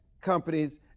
companies